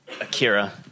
Akira